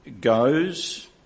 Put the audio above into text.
goes